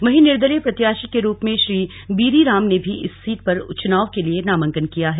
वहीं निर्दलीय प्रत्याशी के रूप में श्री बीरी राम ने भी इस सीट पर चुनाव के लिए नामंकन किया है